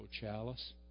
chalice